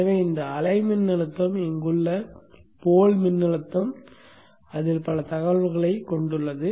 எனவே இந்த அலை மின்னழுத்தம் இங்குள்ள போல் மின்னழுத்தம் அதில் பல தகவல்களைக் கொண்டுள்ளது